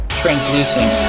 translucent